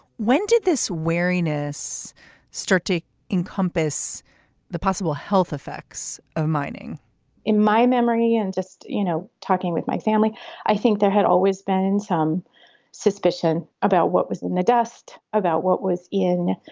when did this wariness start to encompass the possible health effects of mining in my memory and just, you know, talking with my family i think there had always been some suspicion about what was in the dust, about what was in,